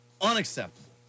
Unacceptable